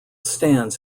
stands